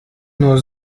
nur